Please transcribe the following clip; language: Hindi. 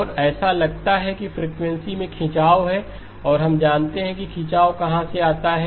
और ऐसा लगता है कि फ्रीक्वेंसी में खिंचाव है और हम जानते हैं कि खिंचाव कहां से आता है